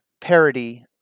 parody